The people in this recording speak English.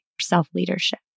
self-leadership